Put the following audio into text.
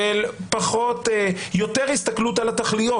של יותר הסתכלות על התכליות.